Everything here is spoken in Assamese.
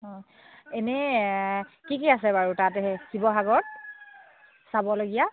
অঁ এনেই কি কি আছে বাৰু তাতে শিৱসাগৰত চাবলগীয়া